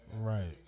Right